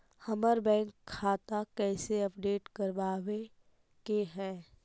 हमर बैंक खाता कैसे अपडेट करबाबे के है?